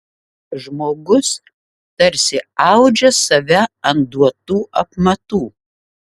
žmogus tarsi audžia save ant duotų apmatų